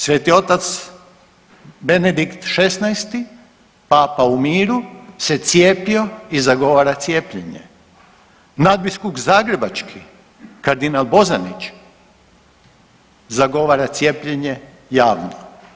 Sveti Otac Benedikt XVI Papa u miru se cijepio i zagovara cijepljenje, nadbiskup zagrebački kardinal Bozanić zagovara cijepljenje javno.